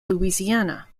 louisiana